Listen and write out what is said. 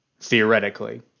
theoretically